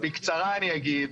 בקצרה אני אגיד.